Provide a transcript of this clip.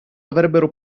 avrebbero